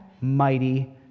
mighty